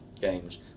games